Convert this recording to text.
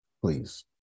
Please